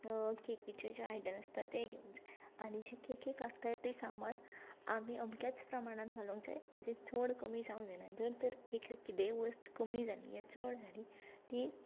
केकीचें जें आयडन आसता तें घेवंक जाय आनी जें केकीक लागता तें सामान आमी अमक्याच प्रमाणान घालूंक जाय म्हणजे चड कमी जावंक जायना जर तर एक किदें वस्त कमी जाली या चड जाली ती